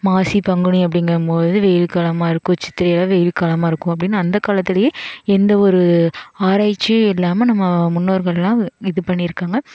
மாசி பங்குனி அப்படிங்கம் போது வெயில் காலமாக இருக்கும் சித்திரையில் வெயில் காலமாக இருக்கும் அப்படின்னு அந்த காலத்துலேயே எந்த ஒரு ஆராய்ச்சியும் இல்லாமல் நம்ம முன்னோர்கள்லாம் இது பண்ணியிருக்காங்க